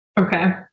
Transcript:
Okay